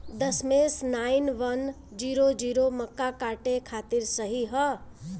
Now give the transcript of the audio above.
दशमेश nine one zero zero मक्का काटे खातिर सही ह?